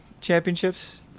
Championships